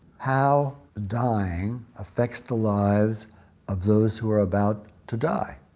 how dying affects the lives of those who are about to die,